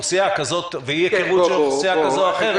אוכלוסייה כזאת ואי הכרות של אוכלוסייה כזו או אחרת יקטנו.